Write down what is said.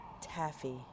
taffy